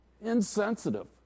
Insensitive